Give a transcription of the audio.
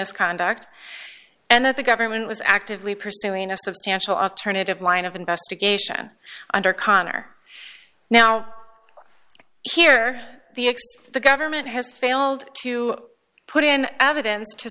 misconduct and that the government was actively pursuing a substantial alternative line of investigation under connor now here the x the government has failed to put in evidence to